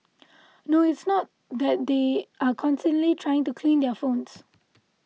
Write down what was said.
no it's not that they are constantly trying to clean their phones